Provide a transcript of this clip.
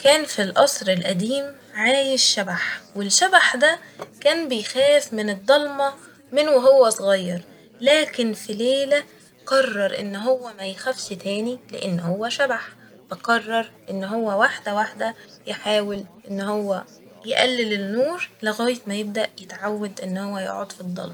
كان ف القصر الأديم عايش شبح ، والشبح ده كان بيخاف من الضلمة من وهو صغير لكن في ليلة قرر إن هو ما يخافش تاني لإن هو شبح ، فقرر إن هو واحدة واحدة يحاول إن هو يقلل النور لغاية ما يبدأ يتعود إن هو يقعد في الضلمة